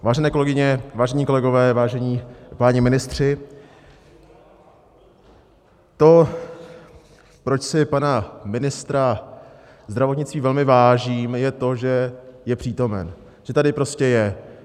Vážené kolegyně, vážení kolegové, vážení páni ministři, to, proč si pana ministra zdravotnictví velmi vážím, je to, že je přítomen, že tady prostě je.